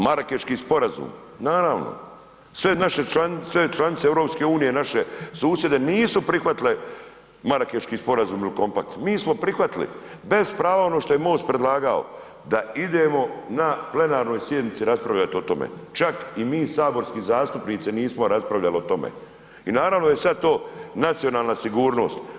Marakeški sporazum naravno, sve naše članice, sve članice EU naše susjede nisu prihvatile Marakeški sporazum ili kompakt, mi smo prihvatili, bez prava ono što je MOST predlagao da idemo na plenarnoj sjednici raspravljati o tome, čak i mi saborski zastupnici nismo raspravljali o tome i naravno da je sad to nacionalna sigurnost.